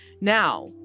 Now